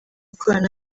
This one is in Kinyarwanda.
gukorana